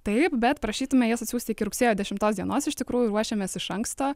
taip bet prašytume jas atsiųsti iki rugsėjo dešimtos dienos iš tikrųjų ruošiamės iš anksto